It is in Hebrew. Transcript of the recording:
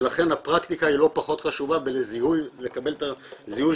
ולכן הפרקטיקה לא פחות חשובה לקבל את הזיהוי